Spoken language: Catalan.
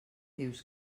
dius